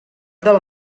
del